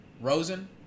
Rosen